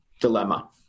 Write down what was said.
dilemma